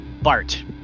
bart